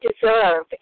deserve